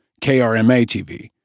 KRMA-TV